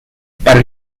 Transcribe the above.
para